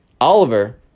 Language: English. Oliver